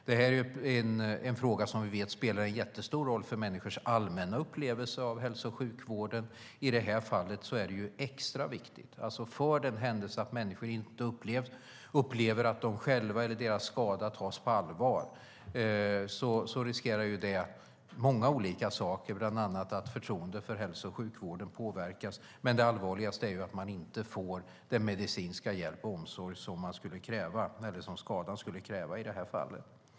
Detta är en fråga som vi vet spelar en jättestor roll för människors allmänna upplevelse av hälso och sjukvården, och i detta fall är det extra viktigt. För den händelse att människor inte upplever att de själva eller deras skada tas på allvar riskerar man många olika saker, bland annat att förtroendet för hälso och sjukvården påverkas. Det allvarligaste är att människor inte får den medicinska hjälp och omsorg som skadan skulle kräva i detta fall.